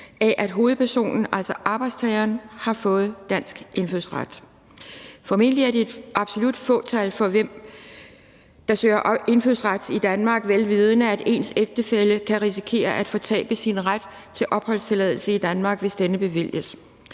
af, at hovedpersonen, altså arbejdstageren, har fået dansk indfødsret. Formentlig er det et absolut fåtal, der søger indfødsret i Danmark, velvidende at ens ægtefælle kan risikere at fortabe sin ret til opholdstilladelse i Danmark, hvis denne bevilges.